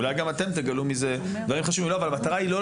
המטרה היא לא לעשות בדיקה של 10,000 אבחונים.